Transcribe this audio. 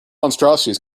monstrosities